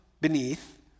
beneath